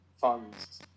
funds